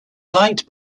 liked